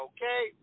Okay